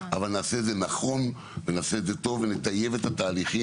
אבל נעשה את זה נכון ונעשה את זה טוב ונטייב את התהליכים.